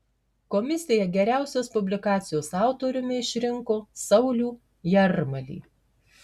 komisija geriausios publikacijos autoriumi išrinko saulių jarmalį